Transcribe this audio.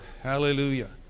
Hallelujah